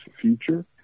future